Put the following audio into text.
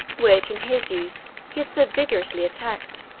which in his youth he had so vigorously attacked.